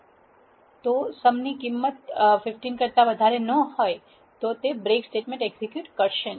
હવે સમ ની કિંમત 1 છે તે 15 કરતા વધારે નથી તેથી બ્રેક સ્ટેટમેંટ એક્ઝેક્યુટ થશે નહી